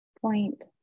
point